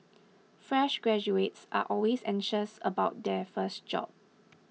fresh graduates are always anxious about their first job